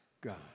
God